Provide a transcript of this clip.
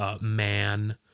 man